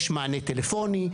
יש מענה טלפוני,